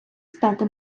стати